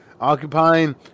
occupying